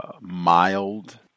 mild